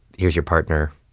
here's your partner.